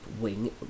wing